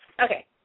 Okay